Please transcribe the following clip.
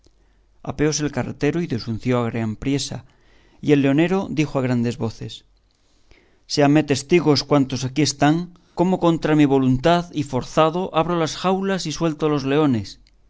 apeóse el carretero y desunció a gran priesa y el leonero dijo a grandes voces séanme testigos cuantos aquí están cómo contra mi voluntad y forzado abro las jaulas y suelto los leones